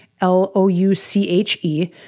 L-O-U-C-H-E